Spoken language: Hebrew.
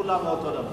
כולם לאותו דבר.